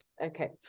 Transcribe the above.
okay